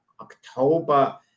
October